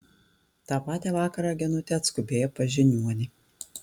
tą patį vakarą genutė atskubėjo pas žiniuonį